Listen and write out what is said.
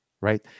Right